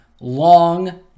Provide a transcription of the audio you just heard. long